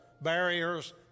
barriers